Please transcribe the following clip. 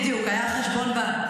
בדיוק, היה החשבון בנק.